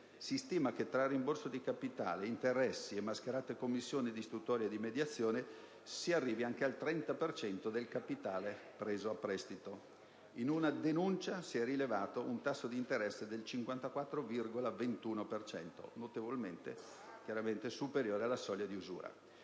Si stima che, tra rimborso di capitale, interessi, mascherate commissioni di istruttoria e mediazione, si arrivi anche al 30 per cento del capitale preso a prestito. In una denuncia si è rilevato un tasso d'interesse del 54,21 per cento, notevolmente superiore alla soglia di usura.